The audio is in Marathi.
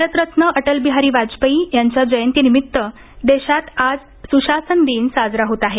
भारतरत्न अटल बिहारी वाजपेयी यांच्या जयंतीनिमित्त आज स्शासन दिन साजरा होत आहे